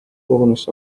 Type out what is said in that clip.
kogunes